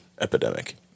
epidemic